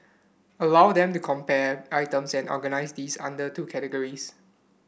allow them to compare items and organise these under the two categories